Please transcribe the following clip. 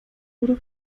wurde